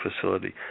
facility